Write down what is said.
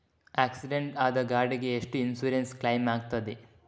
Accident ಆದ ಗಾಡಿಗೆ ಎಷ್ಟು ಇನ್ಸೂರೆನ್ಸ್ ಕ್ಲೇಮ್ ಆಗ್ತದೆ?